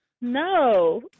No